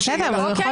בסדר, אבל הוא יכול